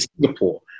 Singapore